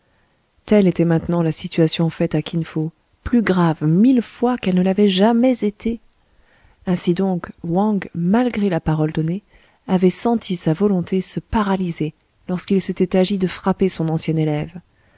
telle était maintenant la situation faite à kin fo plus grave mille fois qu'elle ne l'avait jamais été ainsi donc wang malgré la parole donnée avait senti sa volonté se paralyser lorsqu'il s'était agi de frapper son ancien élève